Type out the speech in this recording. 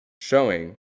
showing